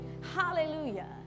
Hallelujah